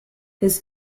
his